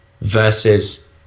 versus